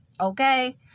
Okay